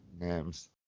names